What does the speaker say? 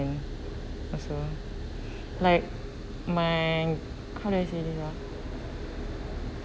also like my how do you say this ah